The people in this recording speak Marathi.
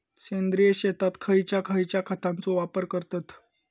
सेंद्रिय शेतात खयच्या खयच्या खतांचो वापर करतत?